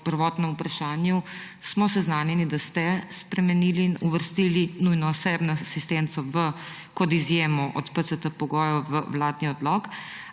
v prvotnem vprašanju, smo seznanjeni, da ste spremenili in uvrstili nujno osebno asistenco kot izjemo od PCT-pogojev v vladni odlok.